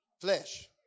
flesh